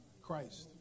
Christ